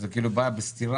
שזה כאילו בא בסתירה,